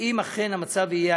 ואם אכן המצב יהיה,